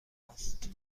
است